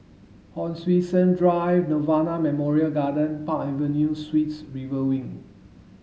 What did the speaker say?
Hon Sui Sen Drive Nirvana Memorial Garden Park Avenue Suites River Wing